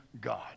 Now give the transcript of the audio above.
God